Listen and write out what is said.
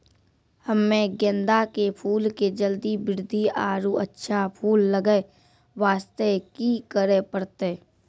हम्मे गेंदा के फूल के जल्दी बृद्धि आरु अच्छा फूल लगय वास्ते की करे परतै?